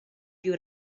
più